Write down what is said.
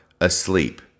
asleep